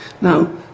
Now